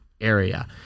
area